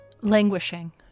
Languishing